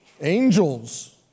Angels